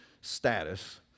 status